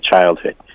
childhood